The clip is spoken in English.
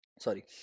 sorry